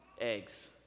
eggs